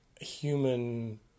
human